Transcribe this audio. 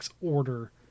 order